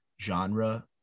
genre